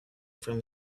from